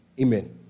Amen